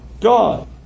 God